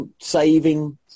saving